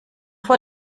vor